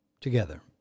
Together